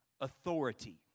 authority